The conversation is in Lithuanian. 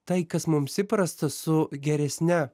tai kas mums įprasta su geresne